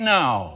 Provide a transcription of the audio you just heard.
now